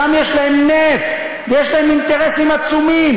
שם יש להם נפט, ויש להם אינטרסים עצומים.